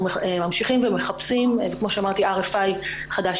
ממשיכים ומחפשים וכמו שאמרתי בקרוב מאוד יצא RFI חדש,